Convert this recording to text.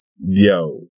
Yo